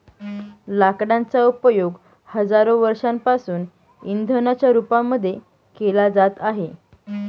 लाकडांचा उपयोग हजारो वर्षांपासून इंधनाच्या रूपामध्ये केला जात आहे